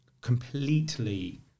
completely